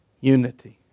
Unity